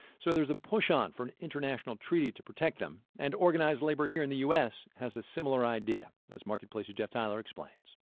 so there's a push on for an international treaty to protect them. and organized labor here in the u s. has a similar idea marketplace's jeff tyler explains